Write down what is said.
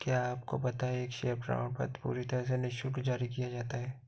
क्या आपको पता है एक शेयर प्रमाणपत्र पूरी तरह से निशुल्क जारी किया जाता है?